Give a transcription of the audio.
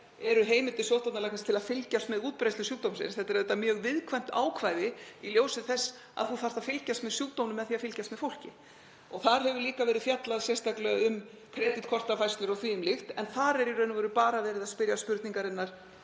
eru heimildir sóttvarnalæknis til að fylgjast með útbreiðslu sjúkdómsins. Þetta er auðvitað mjög viðkvæmt ákvæði í ljósi þess að maður þarf að fylgjast með sjúkdómum með því að fylgjast með fólki. Þar hefur líka verið fjallað sérstaklega um kreditkortafærslur og því um líkt, en þar er í raun og veru bara verið að spyrja spurningarinnar